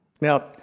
Now